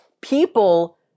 people